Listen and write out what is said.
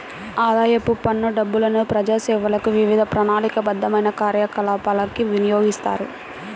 ఆదాయపు పన్ను డబ్బులను ప్రజాసేవలకు, వివిధ ప్రణాళికాబద్ధమైన కార్యకలాపాలకు వినియోగిస్తారు